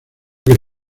que